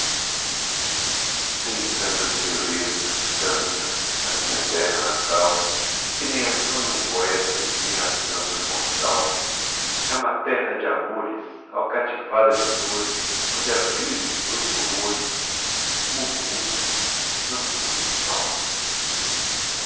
tem tantas belezas tantas a minha terra natal que nem as sonha um poeta e nem as canta um mortal é uma terra de amores alcatifada de flores onde a brisa em seus rumores murmura não tem rival